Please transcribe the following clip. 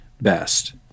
best